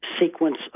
sequence